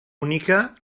única